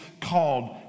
called